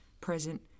present